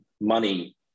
money